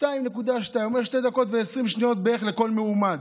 2.2 הוא אומר, 2 דקות ו-20 שניות בערך לכל מועמד.